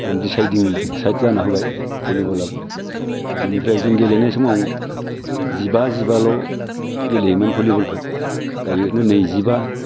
आरो डिसाइदिं साइद जाना होबाय भलिबलाबो आरो बेनिफ्राय जों गेलेनाय समाव जिबा जिबाल' गेलेयोमोन भलिबलखौ दायो नैजिबा